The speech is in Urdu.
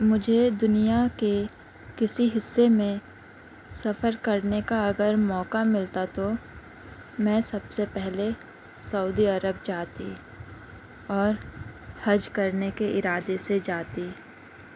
مجھے دنیا کے کسی حصے میں سفر کرنے کا اگر موقعہ ملتا تو میں سب سے پہلے سعودی عرب جاتی اور حج کرنے کے ارادے سے جاتی